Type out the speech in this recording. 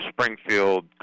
Springfield